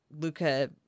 Luca